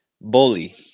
Bully